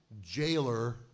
jailer